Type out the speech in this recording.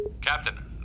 Captain